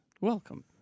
Welcome